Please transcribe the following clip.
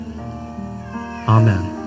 Amen